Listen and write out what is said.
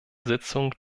sitzung